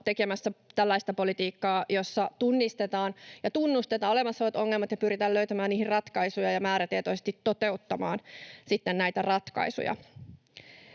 tekemässä tällaista politiikkaa, jossa tunnistetaan ja tunnustetaan olemassa olevat ongelmat ja pyritään löytämään niihin ratkaisuja ja määrätietoisesti toteuttamaan sitten näitä ratkaisuja.